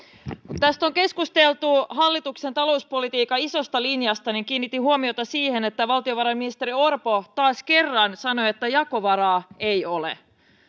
kun tässä on keskusteltu hallituksen talouspolitiikan isosta linjasta niin kiinnitin huomiota siihen että valtiovarainministeri orpo taas kerran sanoi että jakovaraa ei ole